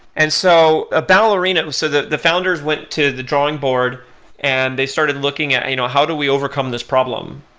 and so ah ballerina, so the the founders went to the drawing board and they started looking at you know how do we overcome this problem?